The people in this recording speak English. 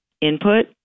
input